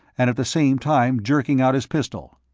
and at the same time jerking out his pistol.